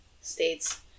states